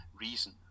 reason